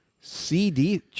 CD